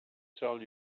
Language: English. tell